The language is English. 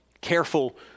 careful